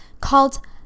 called